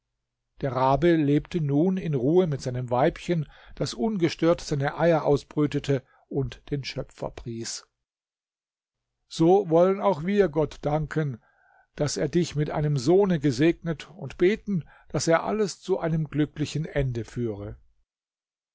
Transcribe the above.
der rabe lebte nun in ruhe mit seinem weibchen das ungestört seine eier ausbrütete und den schöpfer pries so wollen auch wir gott danken daß er dich mit einem sohne gesegnet und beten daß er alles zu einem glücklichen ende führe